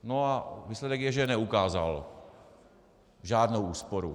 No a výsledek je, že je neukázal, žádnou úsporu.